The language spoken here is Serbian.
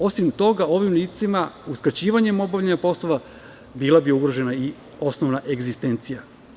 Osim toga, ovim licima uskraćivanjem obavljanja poslova bila bi ugrožena i osnovna egzistencija.